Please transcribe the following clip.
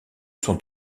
sont